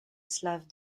slave